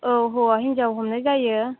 औ हौवा हिनजाव हमनाय जायो